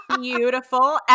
Beautiful